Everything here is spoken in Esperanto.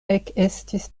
ekestis